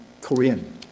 Korean